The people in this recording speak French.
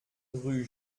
rue